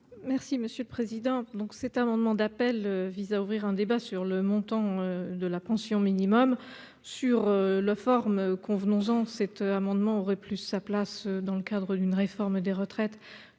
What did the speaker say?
monsieur le président, donc, cet amendement d'appel vise à ouvrir un débat sur le montant de la pension minimum sur la forme, convenons-en, cet amendement aurait plus sa place dans le cadre d'une réforme des retraites